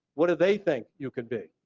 what do they think you could be,